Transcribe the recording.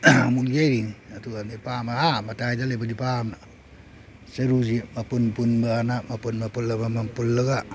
ꯑꯃꯨꯛ ꯌꯩꯔꯤꯅꯤ ꯑꯗꯨꯒ ꯅꯤꯄꯥ ꯑꯃ ꯑꯥ ꯃꯇꯥꯏꯗ ꯂꯩꯕ ꯅꯤꯄꯥ ꯑꯃꯅ ꯆꯔꯨꯁꯤ ꯃꯄꯨꯟ ꯄꯨꯟꯕ ꯑꯅ ꯃꯄꯨꯟ ꯃꯄꯨꯟ ꯑꯃꯃꯝ ꯄꯨꯜꯂꯒ